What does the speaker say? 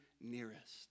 nearest